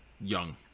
young